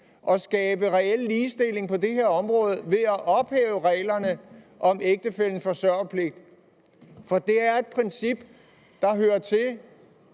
og skabe reel ligestilling på det her område ved at ophæve reglerne om ægtefælleforsørgerpligt, for det er et princip, der hører til,